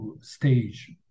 stage